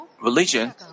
religion